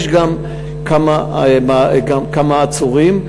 יש גם כמה עצורים.